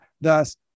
thus